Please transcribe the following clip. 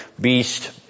beast